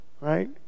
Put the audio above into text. right